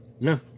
No